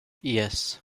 yes